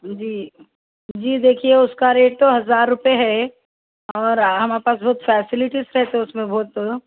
جی جی دیکھیے اس کا ریٹ تو ہزار روپئے ہے اور ہما پاس وہ فیسلیٹیز رہتے اس میں بہت